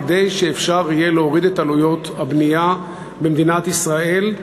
כדי שאפשר יהיה להוריד את עלויות הבנייה במדינת ישראל.